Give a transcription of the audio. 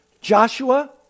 Joshua